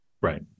Right